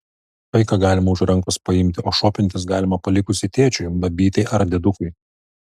vaiką galima už rankos paimti o šopintis galima palikus jį tėčiui babytei ar diedukui